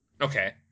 okay